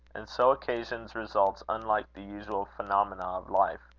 and so occasions results unlike the usual phenomena of life,